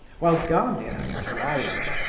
while gania, drily,